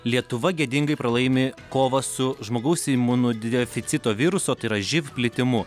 lietuva gėdingai pralaimi kovą su žmogaus imunodeficito viruso tai yra živ plitimu